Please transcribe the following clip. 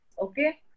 Okay